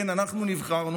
כן, אנחנו נבחרנו,